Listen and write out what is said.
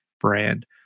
brand